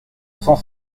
cent